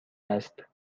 است